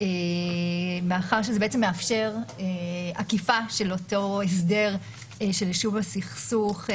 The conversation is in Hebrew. מאחר שזה בעצם מאפשר עקיפה של אותו הסדר של יישוב הסכסוך.